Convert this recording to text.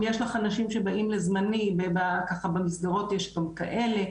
אם יש לך אנשים שבאים לזמנים וככה במסגרות יש גם כאלה,